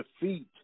defeat